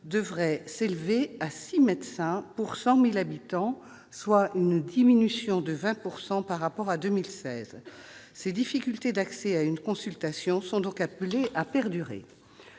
devrait s'élever à six médecins pour 100 000 habitants, soit une diminution de 20 % par rapport à 2016. Ces difficultés d'accès à une consultation ophtalmologique sont donc appelées à perdurer.